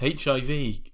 HIV